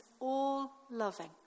all-loving